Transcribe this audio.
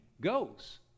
goes